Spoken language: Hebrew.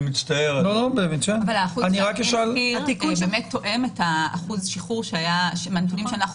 אני מצטער --- זה באמת תואם את אחוז השחרור מהנתונים שאנחנו